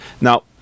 Now